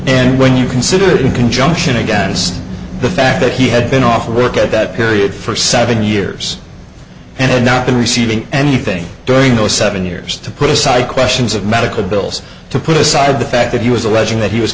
and when you consider it in conjunction against the fact that he had been off work at that period for seven years and had not been receiving anything during those seven years to put aside questions of medical bills to put aside the fact that he was alleging that he was